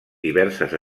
diverses